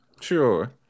Sure